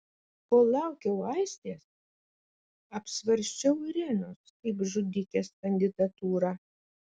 kol laukiau aistės apsvarsčiau irenos kaip žudikės kandidatūrą